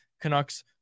Canucks